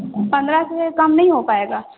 पंद्रह से कम नहीं हो पाएगा